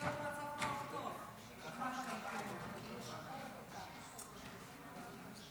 פה תקרית לא נעימה.